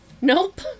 Nope